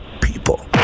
people